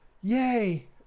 yay